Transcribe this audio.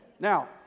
now